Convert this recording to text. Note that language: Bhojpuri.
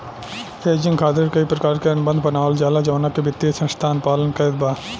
हेजिंग खातिर कई प्रकार के अनुबंध बनावल जाला जवना के वित्तीय संस्था अनुपालन करत बा